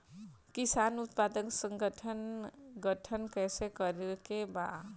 किसान उत्पादक संगठन गठन कैसे करके बा?